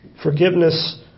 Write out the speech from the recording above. Forgiveness